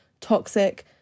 toxic